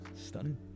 stunning